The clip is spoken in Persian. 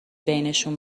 بینشون